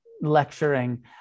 lecturing